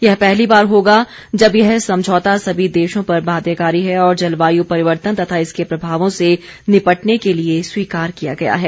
यह पहली बार होगा जब यह समझौता सभी देशों पर बाध्यकारी है और जलवायु परिवर्तन तथा इसके प्रभावों से निपटने के लिए स्वीकार किया गया है